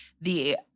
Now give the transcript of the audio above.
the-